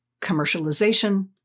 commercialization